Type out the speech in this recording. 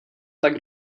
tak